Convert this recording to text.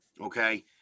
Okay